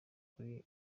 kure